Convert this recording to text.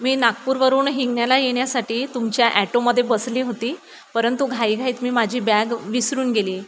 मी नागपूरवरून हिंगण्याला येण्यासाठी तुमच्या ॲटोमध्ये बसली होती परंतु घाईघाईत मी माझी बॅग विसरून गेली